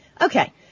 Okay